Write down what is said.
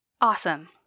Awesome